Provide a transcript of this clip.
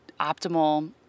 optimal